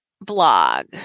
blog